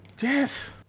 Yes